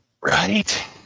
Right